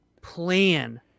plan